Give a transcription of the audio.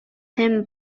him